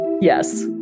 Yes